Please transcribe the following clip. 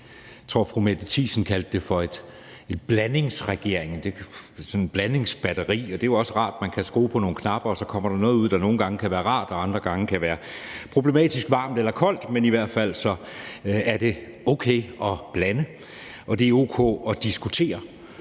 Jeg tror, fru Mette Thiesen kaldte det for en blandingsregering, altså sådan et blandingsbatteri, og det er jo også rart; man kan skrue på nogle knapper, og så kommer der noget ud, der nogle gange kan være rart og andre gange kan være problematisk varmt eller koldt, men det er så i hvert fald okay at blande, og det er o.k. at diskutere.